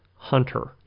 Hunter